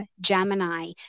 Gemini